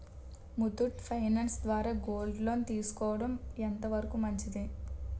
Muthoot finance ద్వారా gold loan తీసుకోవడం ఎంత వరకు మంచిది?